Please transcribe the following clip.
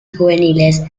juveniles